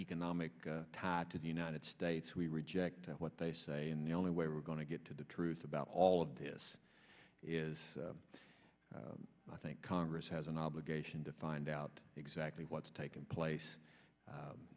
economic ties to the united states we reject what they say and the only way we're going to get to the truth about all of this is i think congress has an obligation to find out exactly what's taken place